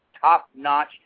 top-notch